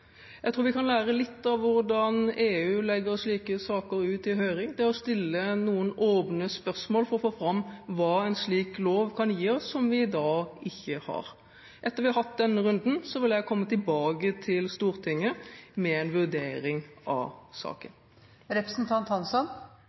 Jeg tror vi kan lære litt av hvordan EU legger slike saker ut på høring ved å stille noen åpne spørsmål for å få fram hva en slik lov kan gi oss som vi i dag ikke har. Etter at vi har hatt denne runden, vil jeg komme tilbake til Stortinget med en vurdering av